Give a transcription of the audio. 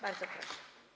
Bardzo proszę.